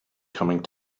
coming